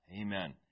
Amen